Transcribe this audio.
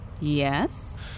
Yes